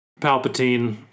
Palpatine